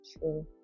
True